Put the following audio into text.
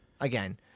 again